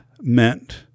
meant